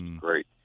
Great